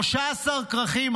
13 כרכים,